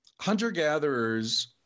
hunter-gatherers